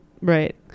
Right